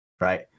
right